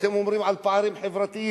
כשאתם מדברים על פערים חברתיים,